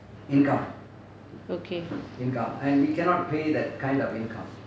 okay